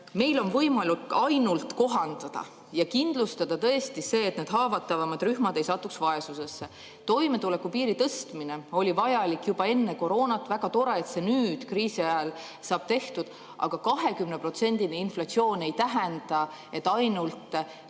on võimalik ainult kohandada ja kindlustada tõesti see, et need haavatavamad rühmad ei sattuks vaesusesse. Toimetulekupiiri tõstmine oli vajalik juba enne koroonat. Väga tore, et see nüüd kriisi ajal saab tehtud, aga 20%‑line inflatsioon ei tähenda, et ainult